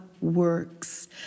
works